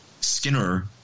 Skinner